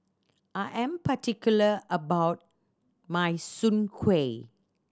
I am particular about my Soon Kueh